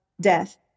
death